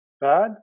bad